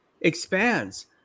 expands